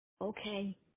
Okay